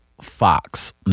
Fox